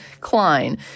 Klein